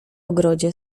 ogrodzie